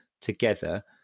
together